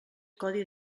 codi